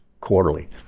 quarterly